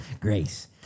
Grace